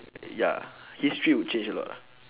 ya history would change a lot ah